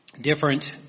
different